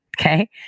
okay